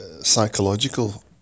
psychological